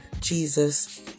Jesus